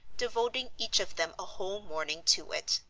devoting each of them a whole morning to it.